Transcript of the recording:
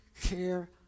care